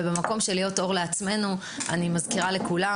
ובמקום של להיות אור לעצמנו אני מזכירה לכולם